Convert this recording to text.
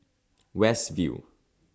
West View